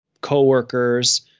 coworkers